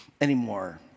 anymore